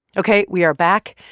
ok. we are back.